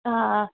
हा